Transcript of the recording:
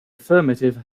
affirmative